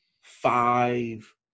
five